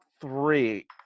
three